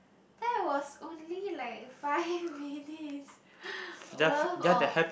then I was only like five minutes worth of